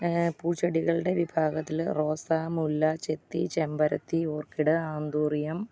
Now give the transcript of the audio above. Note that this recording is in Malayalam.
പൂച്ചെടികളുടെ വിഭാഗത്തിൽ റോസാ മുല്ല ചെത്തി ചെമ്പരത്തി ഓർക്കിഡ് ആന്തൂറിയം